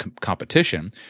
competition